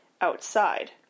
outside